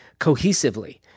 cohesively